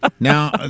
Now